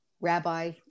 Rabbi